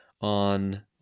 on